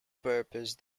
purpose